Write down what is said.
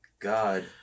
God